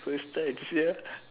first time sia